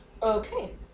Okay